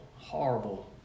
horrible